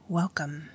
welcome